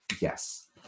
Yes